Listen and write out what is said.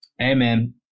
Amen